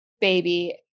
baby